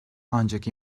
ancak